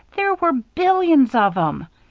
there were billions of em.